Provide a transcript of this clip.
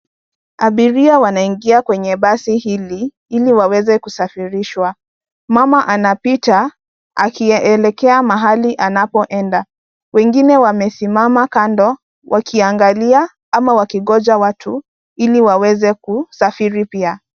Abiria wanaingia kwenye basi hili, ili waweze kusafirishwa. Mama anapita akielekea mahali anapoenda. Wengine wamesimama kando wakiangalia ama wakingonja watu ili waweze kusafiri pia.